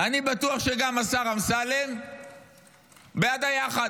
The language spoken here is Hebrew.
אני בטוח שגם השר אמסלם בעד היחד.